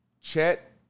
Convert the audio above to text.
Chet